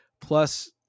plus